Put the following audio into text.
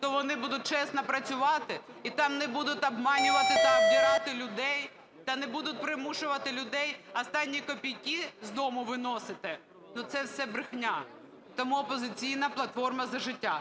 то вони будуть чесно працювати і там не будуть обманювати та обдирати людей, та не будуть примушувати людей останні копійки з дому виносити? Це все брехня. Тому "Опозиційна платформа - За життя"